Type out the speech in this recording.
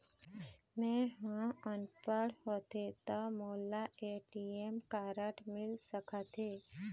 मैं ह अनपढ़ होथे ता मोला ए.टी.एम कारड मिल सका थे?